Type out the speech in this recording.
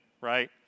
right